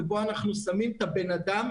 ובו אנחנו שמים את הבן אדם,